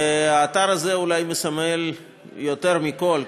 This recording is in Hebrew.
האתר הזה אולי מסמל יותר מכול,